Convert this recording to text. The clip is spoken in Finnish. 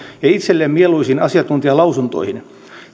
ja itselleen mieluisiin asiantuntijalausuntoihin